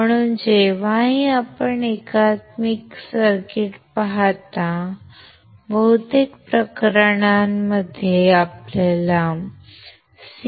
म्हणून जेव्हाही आपण एकात्मिक सर्किट पाहता बहुतेक प्रकरणांमध्ये आपल्याला CMOS